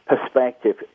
perspective